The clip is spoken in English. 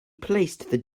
placed